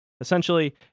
Essentially